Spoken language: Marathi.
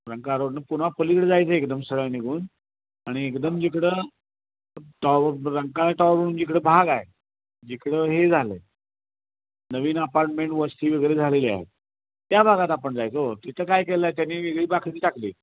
रंकाळा रोडनं पुन्हा पलिकडं जायचं एकदम सरळ निघून आणि एकदम जिकडं टॉवर रंकाळा टॉवर म्हणून जिकडं भाग आहे जिकडं हे झालं आहे नवीन अपार्टमेंट वस्ती वगैरे झालेली आहेत त्या भागात आपण जायचं हो तिथं काय केलं आहे त्यांनी वेगळी बाकडी टाकली आहे